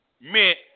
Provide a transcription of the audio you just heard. meant